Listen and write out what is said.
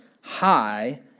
high